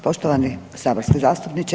Poštovani saborski zastupniče.